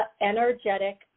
energetic